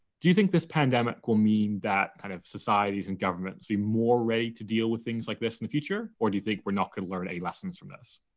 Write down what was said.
do you think this pandemic will mean that kind of societies and governments be more ready to deal with things like this in the future? or do you think we're not gonna learn any lessons from this?